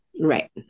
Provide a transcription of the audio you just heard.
Right